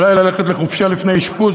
אולי ללכת לחופשה לפני אשפוז,